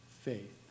faith